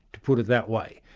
to put it that way,